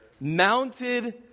mounted